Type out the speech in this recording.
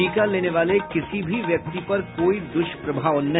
टीका लेने वाले किसी भी व्यक्ति पर कोई दुष्प्रभाव नहीं